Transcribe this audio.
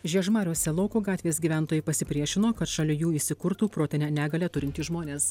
žiežmariuose lauko gatvės gyventojai pasipriešino kad šalia jų įsikurtų protinę negalią turintys žmonės